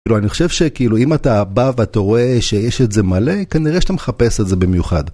כאילו, אני חושב שכאילו, אם אתה בא ואתה רואה שיש את זה מלא, כנראה שאתה מחפש את זה במיוחד.